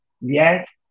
yes